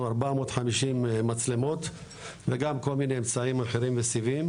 450 מצלמות וגם כל מיני אמצעים אחרים וסיבים.